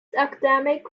academic